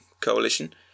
coalition